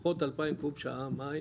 לפחות 2,000 קוב שעה מים